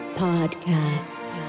podcast